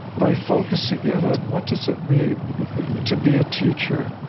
by focusing in on what does it mean to be a teacher,